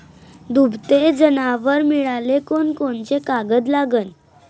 दुभते जनावरं मिळाले कोनकोनचे कागद लागन?